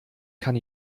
kann